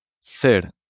Ser